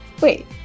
wait